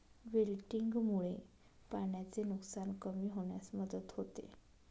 विल्टिंगमुळे पाण्याचे नुकसान कमी होण्यास मदत होते